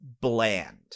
bland